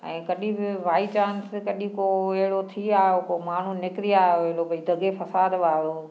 ऐं कॾहिं बि बाई चांस बि कॾहिं को अहिड़ो थी आहियो को माण्हू निकिरी आहियो अहिड़ो भई दंगे फ़सादु वारो